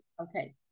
Okay